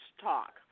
talk